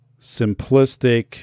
simplistic